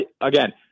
again